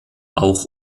auch